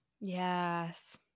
Yes